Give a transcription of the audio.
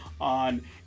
on